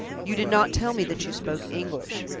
you did not tell me that you spoke english.